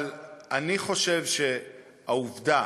אבל אני חושב שהעובדה